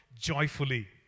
joyfully